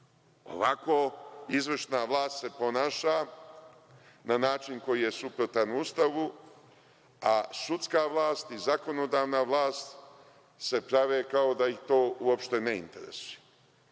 Ovako, izvršna vlast se ponaša na način koji je suprotan Ustavu, a sudska vlast i zakonodavna vlast se prave kao da ih to uopšte ne interesuje.